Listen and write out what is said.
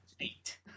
eight